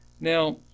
Now